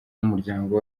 n’umuryango